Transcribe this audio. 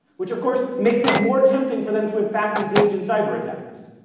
which of course makes it more tempting for them to in fact engage in cyberattacks.